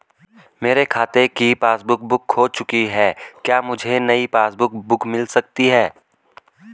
मेरे खाते की पासबुक बुक खो चुकी है क्या मुझे नयी पासबुक बुक मिल सकती है?